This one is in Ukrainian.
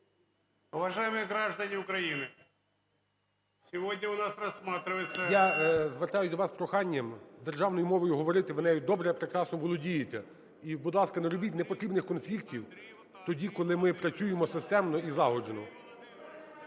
звертаюсь з проханням державною мовою говорити, ви нею добре і прекрасно володієте. І, будь ласка, не робіть непотрібних конфліктів тоді, коли ми працюємо системно і злагоджено.